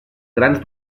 grans